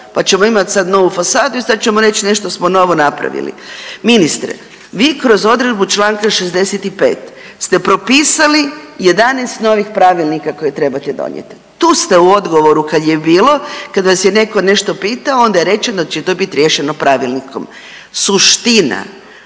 pa ćemo imat sad novu fasadu i sad ćemo reći nešto smo novo napravili. Ministre vi kroz odredbu Članka 65. ste propisali 11 novih pravilnika koje trebate donijeti. Tu ste u odgovoru kad je bilo, kad vas je netko nešto pitao onda je rečeno da će to biti rečeno pravilnikom. Suština,